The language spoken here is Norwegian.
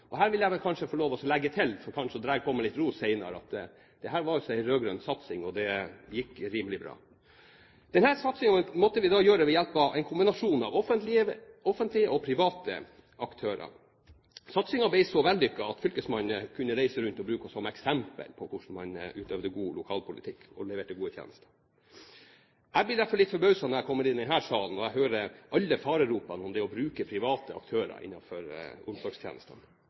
psykiatriproblemer. Her vil jeg vel kanskje få lov å legge til – for kanskje å dra på meg litt ros senere – at dette altså var en rød-grønn satsing, og det gikk rimelig bra. Denne satsingen måtte vi gjøre ved hjelp av en kombinasjon av offentlige og private aktører. Satsingen ble så vellykket at fylkesmannen kunne reise rundt og bruke oss som eksempel på hvordan man utøvde god lokalpolitikk og leverte gode tjenester. Jeg blir derfor litt forbauset når jeg kommer inn i denne salen og hører alle fare-ropene om det å bruke private aktører innenfor omsorgstjenestene.